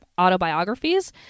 autobiographies